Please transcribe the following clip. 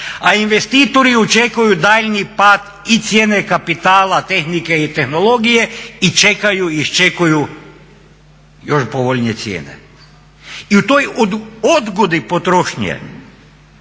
a investitori očekuju daljnji pad i cijene kapitala tehnike i tehnologije i čekaju i iščekuju još povoljnije cijene. I u toj odgodi potrošnje,